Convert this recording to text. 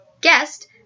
guest